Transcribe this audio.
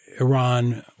Iran